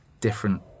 different